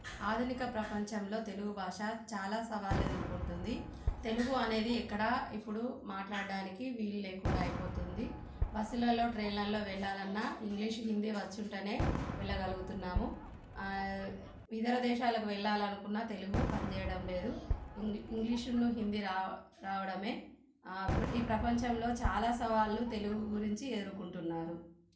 ఆధునిక ప్రపంచంలో తెలుగు భాష చాలా సవాళ్ళు ఎదుర్కొంటుంది తెలుగు అనేది ఎక్కడా ఇప్పుడు మాట్లాడడానికి వీలు లేకుండా అయిపోతుంది బస్సులలో ట్రైన్లలో వెళ్ళాలన్నా ఇంగ్లీష్ హిందీ వచ్చుంటేనే వెళ్ళగలుగుతున్నాము ఇతర దేశాలకు వెళ్ళాలనుకున్న తెలుగు పని చేయడం లేదు ఇంగ్లీష్ హిందీ రావడమే ఈ ప్రపంచంలో చాలా సవాళ్ళు తెలుగు గురించి ఎదుర్కొంటున్నారు